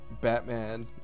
Batman